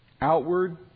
Outward